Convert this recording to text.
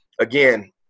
again